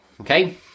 Okay